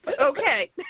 Okay